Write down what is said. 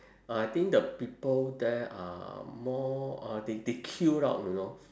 I think the people there are more uh they they queue up you know